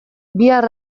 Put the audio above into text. bihar